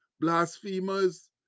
blasphemers